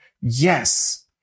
Yes